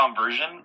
version